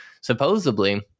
Supposedly